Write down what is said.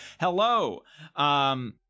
Hello